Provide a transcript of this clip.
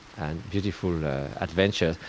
and beautiful adventures.